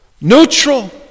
neutral